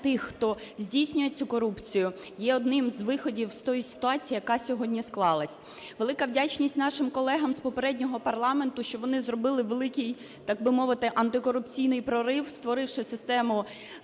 тих, хто здійснює цю корупцію, є одним з виходів з тої ситуації, яка сьогодні склалась. Велика вдячність нашим колегам з попереднього парламенту, що вони зробити великий, так би мовити, антикорупційний прорив, створивши систему ефективних